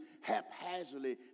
haphazardly